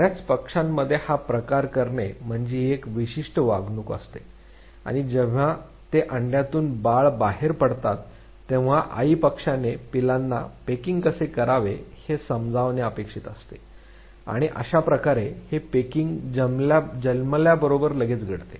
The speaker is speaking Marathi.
बऱ्याच पक्ष्यांमध्ये हा प्रकार करणे म्हणजे ही एक विशिष्ट वागणूक असते आणि जेव्हा ते अंड्यांमधून बाळ बाहेर पडतात तेव्हा आई पक्षाने पिल्लांना पेकिंग कसे करावे हे समजावणे अपेक्षित असतेआणि अश्याप्रकारे हे पेकिंग जन्मल्याबरोबर लगेचच घडते